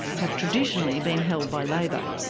have traditionally been held by labor.